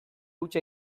hutsa